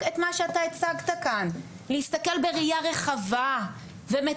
אנחנו משאירים מאחורה קבוצה גדולה שאין להם כרטיס כניסה לחיים.